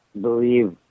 believe